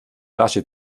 lasche